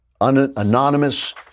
Anonymous